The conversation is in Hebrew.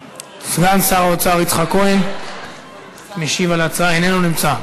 סגן שר האוצר יצחק כהן משיב על ההצעה, איננו נמצא.